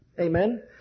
Amen